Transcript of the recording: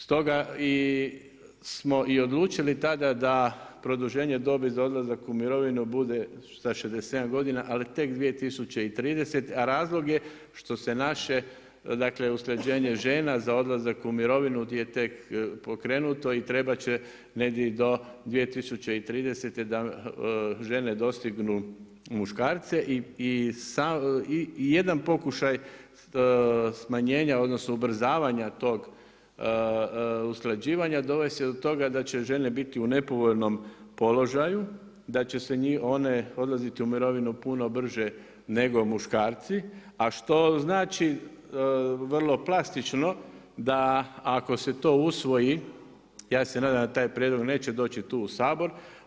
Stoga smo i odlučili tada da produženje dobi za odlazak u mirovinu bude sa 67 godina, ali tek 2030., a razlog je što se naše usklađenje žena za odlazak u mirovinu je tek pokrenuto i trebat će negdje do 2030. da žene dostignu muškarce i jedan pokušaj smanjenja odnosno ubrzavanja tog usklađivanja dovest će do toga da će žene biti u nepovoljnom položaju, da će one odlaziti u mirovinu puno brže nego muškarci, a što znači vrlo plastično da ako se to usvoji, ja se nadam da taj prijedlog neće doći to u Sabor.